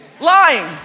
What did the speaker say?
Lying